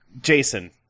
Jason